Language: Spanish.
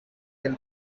del